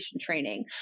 training